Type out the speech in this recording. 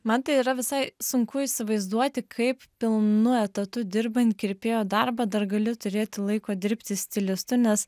man tai yra visai sunku įsivaizduoti kaip pilnu etatu dirbant kirpėjo darbą dar gali turėti laiko dirbti stilistu nes